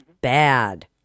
bad